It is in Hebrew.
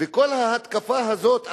וכל ההתקפה הזאת עליו,